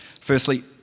Firstly